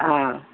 ಹಾಂ